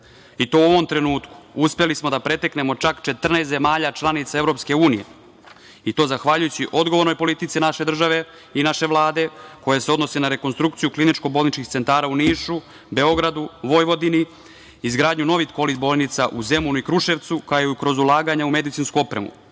i to u ovom trenutku uspeli smo da preteknemo čak 14 zemalja članica EU i to zahvaljujući odgovornoj politici naše države i naše Vlade koja se odnosi na rekonstrukciju kliničko-bolničkih centara u Nišu, Beogradu, Vojvodini, izgradnju novih kovid bolnica u Zemunu i Kruševcu, kao i kroz ulaganja u medicinsku opremu.